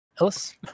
Ellis